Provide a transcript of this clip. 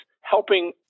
helping